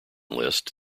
list